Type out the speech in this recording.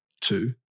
two